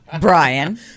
Brian